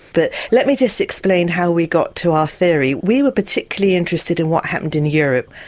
but let me just explain how we got to our theory. we were particularly interested in what happened in europe.